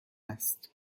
است